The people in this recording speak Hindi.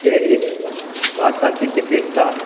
यह इस भाषा की विशेषता है